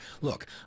Look